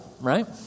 right